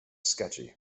sketchy